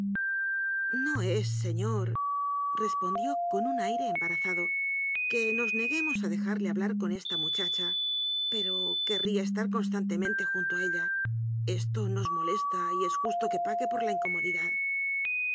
no es señorrespondió con un aire embara zado que nos neguemos a dejarle hablar con esta muchacha pero querría estar constantemen te junto a ella esto nos molesta y es justo que pague por la incomodidad